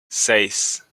seis